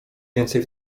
więcej